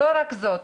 לא רק זאת,